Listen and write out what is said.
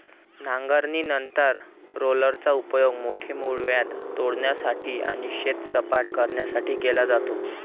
नांगरणीनंतर रोलरचा उपयोग मोठे मूळव्याध तोडण्यासाठी आणि शेत सपाट करण्यासाठी केला जातो